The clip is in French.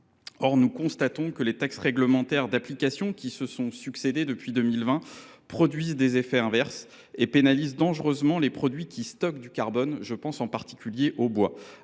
Or nous constatons que les textes réglementaires d’application qui se sont succédé depuis 2020 produisent des effets inverses et pénalisent dangereusement les produits qui stockent du carbone – je pense en particulier au bois